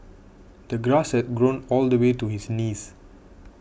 the grass had grown all the way to his knees